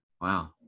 wow